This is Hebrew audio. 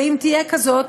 ושאם תהיה כזאת,